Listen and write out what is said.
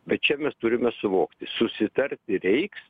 bet čia mes turime suvokti susitarti reiks